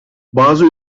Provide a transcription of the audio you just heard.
bazı